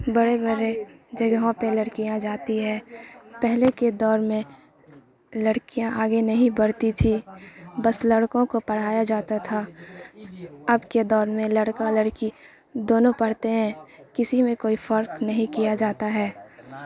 بڑے بڑے جگہوں پہ لڑکیاں جاتی ہے پہلے کے دور میں لڑکیاں آگے نہیں بڑھتی تھیں بس لڑکوں کو پڑھایا جاتا تھا اب کے دور میں لڑکا لڑکی دونوں پڑھتے ہیں کسی میں کوئی فرق نہیں کیا جاتا ہے